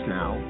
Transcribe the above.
now